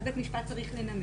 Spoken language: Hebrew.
אז בית המשפט צריך לנמק.